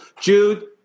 Jude